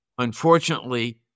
Unfortunately